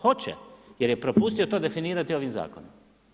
Hoće jer je propustio to definirati ovim zakonom.